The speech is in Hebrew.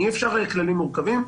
אי-אפשר כללים מורכבים,